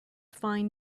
fine